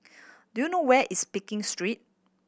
do you know where is Pekin Street